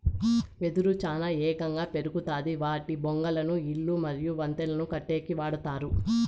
వెదురు చానా ఏగంగా పెరుగుతాది వాటి బొంగులను ఇల్లు మరియు వంతెనలను కట్టేకి వాడతారు